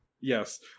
Yes